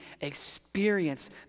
experience